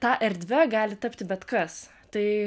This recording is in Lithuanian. ta erdve gali tapti bet kas tai